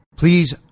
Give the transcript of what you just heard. Please